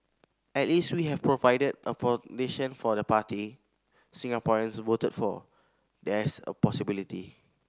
at least we have provided a foundation for the party Singaporeans voted for there's a possibility